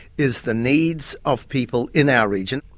is the needs of people in our region.